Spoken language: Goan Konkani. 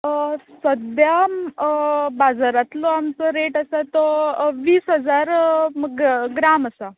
सद्द्या बाजरांतलो आमचो रॅट आसा तो वीस हजार ग्राम आसा